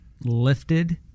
lifted